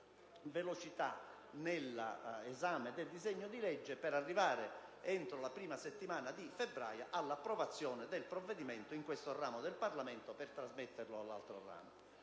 velocità nell'esame del disegno di legge per arrivare entro la prima settimana di febbraio all'approvazione del provvedimento in questo ramo del Parlamento per poi trasmetterlo all'altro ramo.